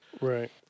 Right